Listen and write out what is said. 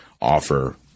offer